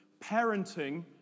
parenting